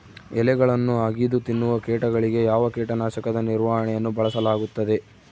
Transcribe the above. ಎಲೆಗಳನ್ನು ಅಗಿದು ತಿನ್ನುವ ಕೇಟಗಳಿಗೆ ಯಾವ ಕೇಟನಾಶಕದ ನಿರ್ವಹಣೆಯನ್ನು ಬಳಸಲಾಗುತ್ತದೆ?